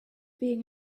being